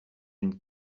une